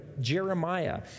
Jeremiah